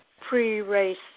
pre-race